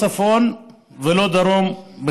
לא צפון ולא דרום.